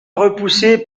repoussé